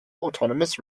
autonomous